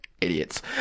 Idiots